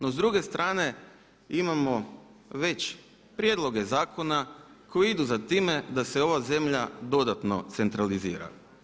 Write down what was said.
No, s druge strane imamo već prijedloge zakona koji idu za time da se ova zemlja dodatno centralizira.